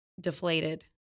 deflated